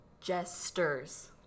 Jesters